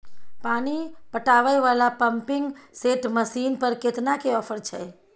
पानी पटावय वाला पंपिंग सेट मसीन पर केतना के ऑफर छैय?